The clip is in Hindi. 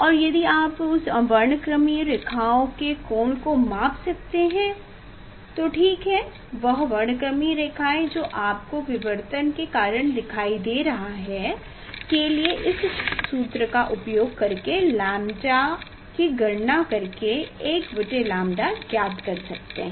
और यदि आप उस वर्णक्रमीय रेखाओं के कोण को माप सकते हैं तो ठीक है वह वर्णक्रमीय रेखाएँ जो आपको विवर्तन के कारण दिखाई दें रहा के लिए इस सूत्र का उपयोग करके लैम्ब्डा की गणना कर के 1𝛌 ज्ञात सकते हैं